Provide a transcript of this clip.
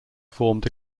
formed